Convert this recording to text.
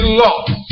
lost